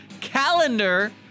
calendar